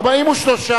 ההצעה